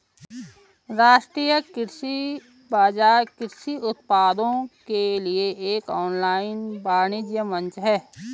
राष्ट्रीय कृषि बाजार कृषि उत्पादों के लिए एक ऑनलाइन वाणिज्य मंच है